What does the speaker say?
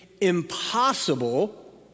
impossible